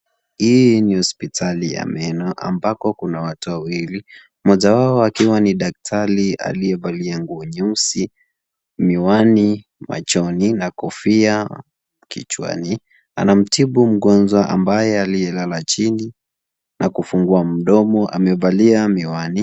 Hii ni hospitali ya meno ambako kuna watu wawili. Mmoja wao akiwa ni daktari aliyevalia nguo nyeusi, miwani machoni na kofia kichwani. Anamtibu mgonjwa ambaye aliyelala chini na kufungua mdomo. Amevalia miwani.